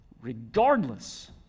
regardless